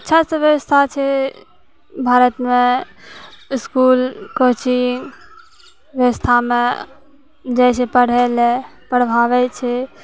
अच्छासँ व्यवस्था छै भारतमे इसकुल कोचिङ्ग व्यवस्थामे जाइ छै पढ़ैले पढ़ाबै छै